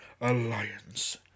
Alliance